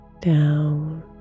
down